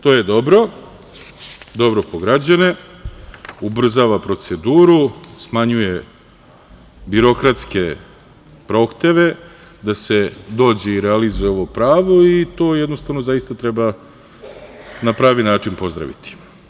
To je dobro, dobro po građane, ubrzava proceduru, smanjuje birokratske prohteve da se dođe i realizuje ovo pravo i to, jednostavno, zaista treba na pravi način pozdraviti.